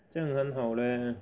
这样很好 leh